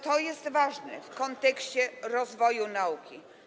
To jest ważne w kontekście rozwoju nauki.